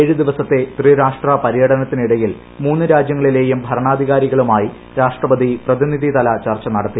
ഏഴു ദിവസത്തെ ത്രിരാഷ്ട്ര പര്യടനത്തിനിട യിൽ മൂന്നു രാജ്യങ്ങളിലെയും ഭരണാധികാരികളുമായി രാഷ്ട്രപതി പ്രതിനിധിതല ചർച്ച നടത്തി